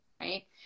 right